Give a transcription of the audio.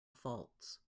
faults